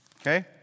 okay